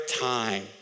time